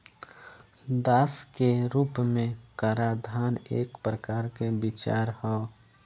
दास के रूप में कराधान एक प्रकार के विचार ह